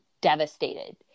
devastated